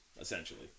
essentially